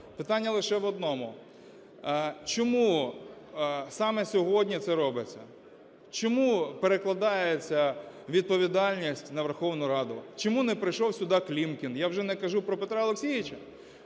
питання лише в одному: чому саме сьогодні це робиться? Чому перекладається відповідальність на Верховну Раду? Чому не прийшов сюди Клімкін? Я вже не кажу про Петра Олексійовича.